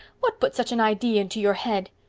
what put such an idea into your head?